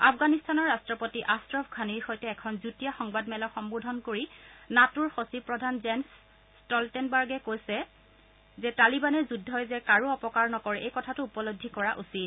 আফগানিস্তানৰ ৰাট্টপতি আশ্ৰফ ঘানিৰ সৈতে এখন যুটীয়া সংবাদমেলক সম্বোধন কৰি নাটোৰ সচিব প্ৰধান জেন্ছ ষ্ট লেটনবাৰ্গে কৈছে যে তালিবানে যুদ্ধই যে কাৰো উপকাৰ নকৰে সেই কথাটো উপলব্ধি কৰা উচিত